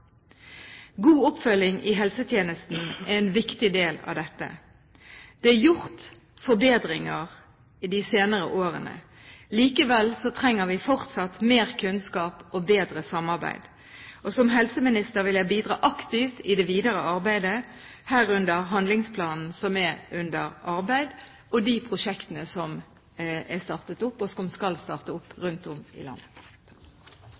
God oppfølging i helsetjenesten er en viktig del av dette. Det er gjort forbedringer de senere årene. Likevel trenger vi fortsatt mer kunnskap og bedre samarbeid. Som helseminister vil jeg bidra aktivt i det videre arbeidet, herunder handlingsplanen som er under arbeid, og de prosjektene som er startet opp, og som skal startes opp, rundt om i landet.